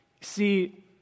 See